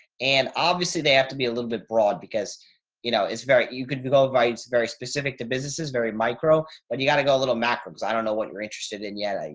and obviously they have to be a little bit broad because you know, it's very, you could google advice. it's very specific to businesses, very micro. when you got to go a little macros, don't know what you're interested in yet. i,